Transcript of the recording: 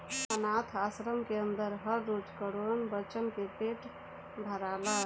आनाथ आश्रम के अन्दर हर रोज करोड़न बच्चन के पेट भराला